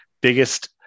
biggest